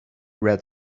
red